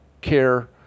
care